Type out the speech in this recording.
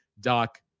Doc